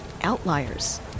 outliers